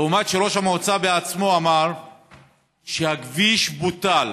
למרות שראש המועצה עצמו אמר שהכביש בוטל